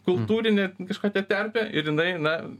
kultūrinė kažkokia terpė ir jinai na